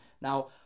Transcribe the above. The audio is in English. Now